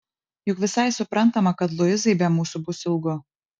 juk visai suprantama kad luizai be mūsų bus ilgu